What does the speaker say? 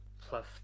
plus